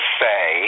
say